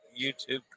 YouTube